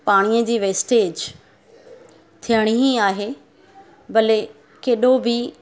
पाणीअ जी वेस्टेज थियणी ई आहे भले केॾो बि